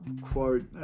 quote